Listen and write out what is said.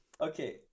okay